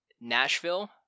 Nashville